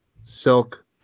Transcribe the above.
Silk